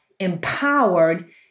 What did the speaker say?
empowered